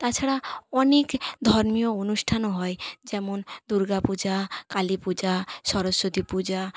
তাছাড়া অনেক ধর্মীয় অনুষ্ঠানও হয় যেমন দুর্গা পূজা কালী পূজা সরস্বতী পূজা